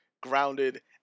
grounded